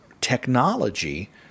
technology